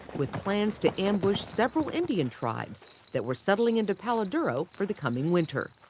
with plans to ambush several indian tribes that were settling into palo duro for the coming winter.